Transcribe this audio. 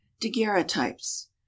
daguerreotypes